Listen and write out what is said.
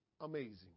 amazing